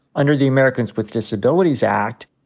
under the americans with disabilities act,